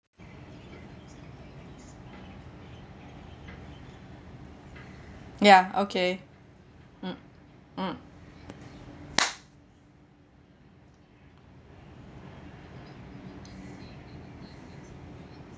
ya okay mm mm